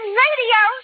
radio